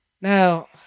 Now